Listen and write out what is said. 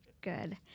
good